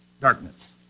darkness